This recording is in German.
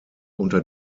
unter